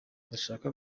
ndashaka